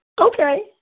Okay